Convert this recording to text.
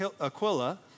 Aquila